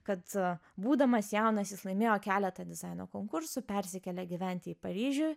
kad būdamas jaunas jis laimėjo keletą dizaino konkursų persikėlė gyventi į paryžių